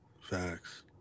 facts